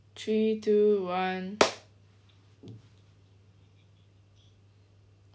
three two one